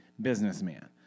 businessman